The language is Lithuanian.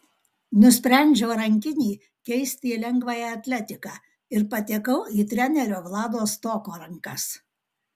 nusprendžiau rankinį keisti į lengvąją atletiką ir patekau į trenerio vlado stoko rankas